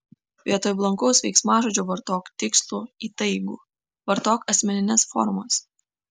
vietoj blankaus veiksmažodžio vartok tikslų įtaigų vartok asmenines formas